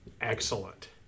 excellent